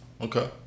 Okay